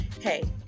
Hey